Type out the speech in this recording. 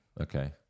Okay